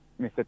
Mr